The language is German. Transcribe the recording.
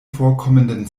vorkommenden